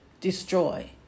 destroy